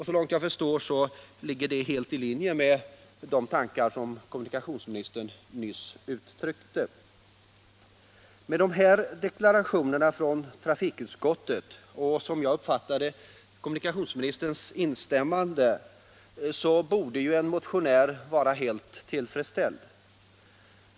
Såvitt jag förstår ligger detta helt i linje med de tankar som kommunikationsministern nyss uttryckte. Med dessa deklarationer från trafikutskottet och, som jag uppfattar det, kommunikationsministerns instämmande, borde en motionär vara helt tillfredsställd.